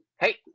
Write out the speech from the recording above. hey